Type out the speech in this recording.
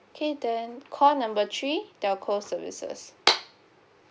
okay then call number three telco services